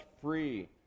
free